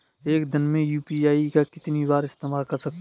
एक दिन में यू.पी.आई का कितनी बार इस्तेमाल कर सकते हैं?